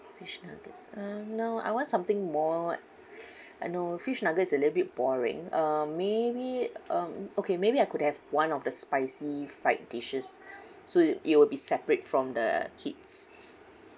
fish nuggets um no I want something more uh no fish nuggets is a little bit boring uh maybe um okay maybe I could have one of the spicy fried dishes so it it will be separate from the kids